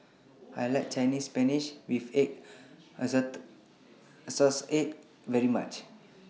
I like Chinese Spinach with Egg assort assorts Eggs very much